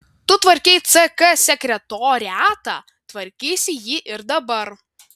tu tvarkei ck sekretoriatą tvarkysi jį ir dabar